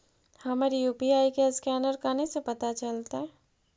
हमर यु.पी.आई के असकैनर कने से पता चलतै?